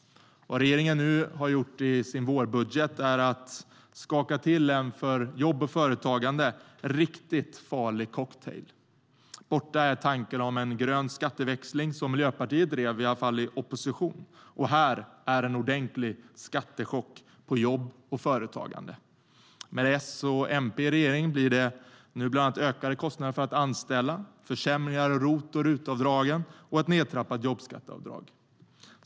Vad regeringen nu gör i sin vårbudget är att blanda till en för jobb och företagande riktigt farlig cocktail. Borta är tankarna om en grön skatteväxling, som Miljöpartiet drev i opposition, och här är en ordentlig skattechock på jobb och företagande. Med S och MP i regering blir det nu bland annat ökade kostnader för att anställa, försämringar av ROT och RUT-avdragen och nedtrappat jobbskatteavdrag.